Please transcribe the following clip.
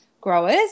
growers